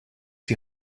die